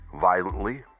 violently